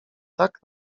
tak